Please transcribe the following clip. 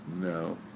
No